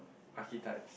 archetypes